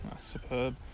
Superb